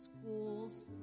schools